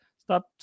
stop